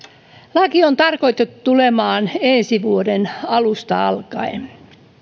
laki on tarkoitettu tulemaan voimaan ensi vuoden alusta alkaen